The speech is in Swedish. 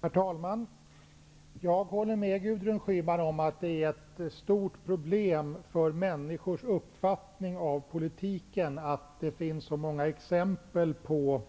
Herr talman! Jag håller med Gudrun Schyman om att ett är stort problem när det gäller människors uppfattning om politiken är att det finns så många exempel på